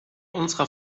unserer